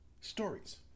stories